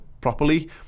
properly